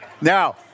now